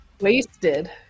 wasted